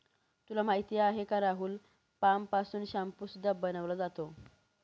तुला माहिती आहे का राहुल? पाम पासून शाम्पू सुद्धा बनवला जातो